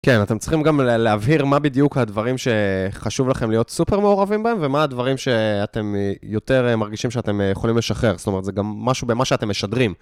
כן, אתם צריכים גם להבהיר מה בדיוק הדברים שחשוב לכם להיות סופר מעורבים בהם, ומה הדברים שאתם יותר מרגישים שאתם יכולים לשחרר. זאת אומרת, זה גם משהו במה שאתם משדרים.